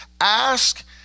Ask